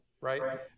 Right